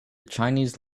chinese